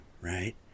right